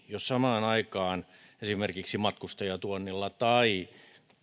jos samaan aikaan esimerkiksi matkustajatuonnilla tai